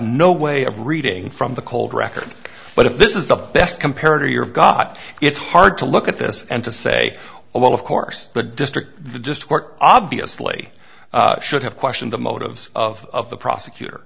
no way of reading from the cold record but if this is the best compared to your god it's hard to look at this and to say well of course the district just court obviously should have questioned the motives of the prosecutor